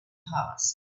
passed